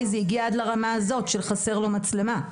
זה הגיע עד לרמה הזאת של חסר לו מצלמה.